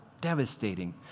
devastating